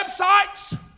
websites